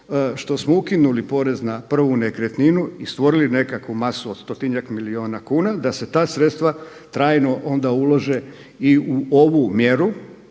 što smo ukinuli porez na prvu nekretninu i stvorili nekakvu masu od stotinjak milijuna kuna da se ta sredstva onda trajno ulože i u ovu mjeru